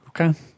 okay